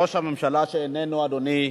ראש הממשלה שאיננו, אדוני,